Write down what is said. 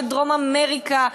ודרום-אמריקה,